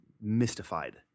mystified